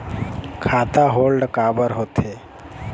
खाता होल्ड काबर होथे?